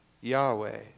Yahweh